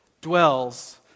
dwells